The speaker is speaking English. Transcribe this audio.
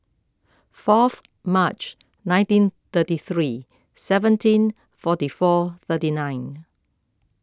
fourth March nineteen thirty three seventeen forty four thirty nine